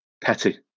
Petty